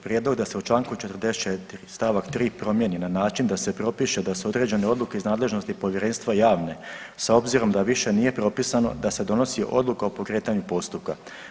Prijedlog da se u Članku 44. stavak 3. promijeni na način da se propiše da su određene odluke iz nadležnosti povjerenstva javne s obzirom da više nije propisano da se donosi odluka o pokretanju postupka.